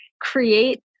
create